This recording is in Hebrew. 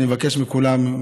אני מבקש מכולם,